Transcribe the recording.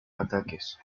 ataques